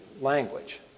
language